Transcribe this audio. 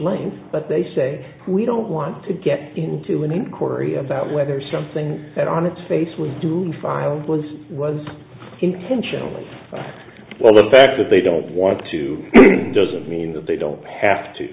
money but they say we don't want to get into an inquiry about whether something that on its face we do file was was intentionally a little fact that they don't want to doesn't mean that they don't have